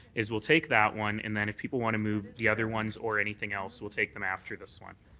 is we'll take that one and then if people want to move the other ones or anything else we'll take them after this one.